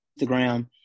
Instagram